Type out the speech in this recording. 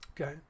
Okay